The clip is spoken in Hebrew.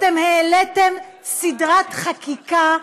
אתם העליתם סדרת חקיקה,